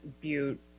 Butte